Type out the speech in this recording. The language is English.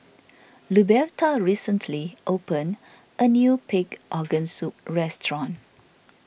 Luberta recently opened a new Pig Organ Soup restaurant